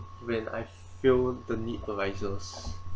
when I feel the need arises